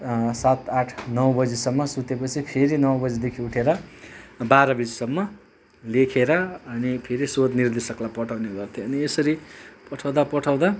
सात आठ नौ बजीसम्म सुतेपछि फेरि नौ बजीदेखि उठेर बाह्र बजीसम्म लेखेर अनि फेरि शोध निर्देशकलाई पठाउने गर्थेँ अनि यसरी पठाउँदा पठाउँदा